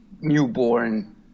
newborn